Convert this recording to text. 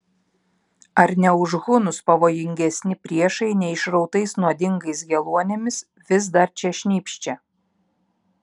ar ne už hunus pavojingesni priešai neišrautais nuodingais geluonimis vis dar čia šnypščia